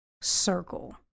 circle